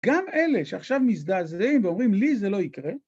גם אלה שעכשיו מזדעזעים ואומרים לי זה לא יקרה.